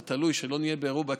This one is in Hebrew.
זה תלוי בזה שלא נהיה בקטסטרופה,